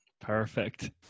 Perfect